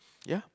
ya